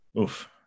oof